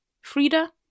Frida